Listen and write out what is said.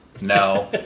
no